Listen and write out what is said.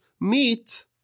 meet